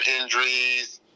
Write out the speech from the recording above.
injuries